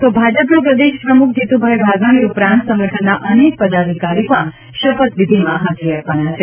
તો ભાજપના પ્રદેશ પ્રમુખ જીતુભાઈ વાઘાણી ઉપરાંત સંગઠનના અનેક પદાધિકારી પણ શપથવિધિમાં હાજરી આપવાના છે